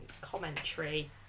commentary